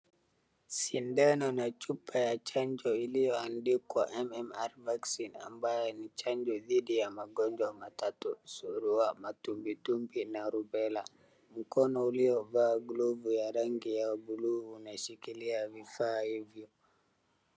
Sindano na chupa ya chanjo iliyoandikwa M-M-R VACCINE ambayo ni chanjo dhidi ya magonjwa matatu: surua, matumbitumbi na Rubella. Mkono uliovaa glavu ya rangi ya bluu inashikilia vifaa hivi.